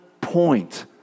point